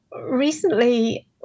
Recently